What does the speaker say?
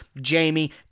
Jamie